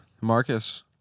Marcus